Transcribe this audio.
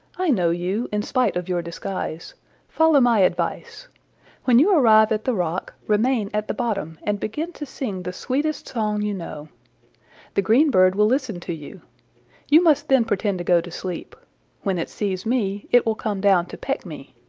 i know you, in spite of your disguise follow my advice when you arrive at the rock, remain at the bottom and begin to sing the sweetest song you know the green bird will listen to you you must then pretend to go to sleep when it sees me, it will come down to peck me,